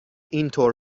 اینطور